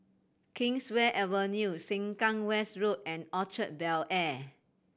Kingswear Avenue Sengkang West Road and Orchard Bel Air